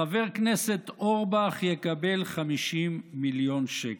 חבר הכנסת אורבך יקבל 50 מיליון שקל.